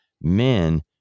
men